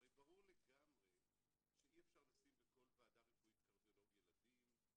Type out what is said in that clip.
הרי ברור לגמרי שאי אפשר לשים בכל ועדה רפואית קרדיולוג ילדים,